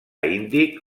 índic